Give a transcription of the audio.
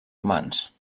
humans